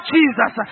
Jesus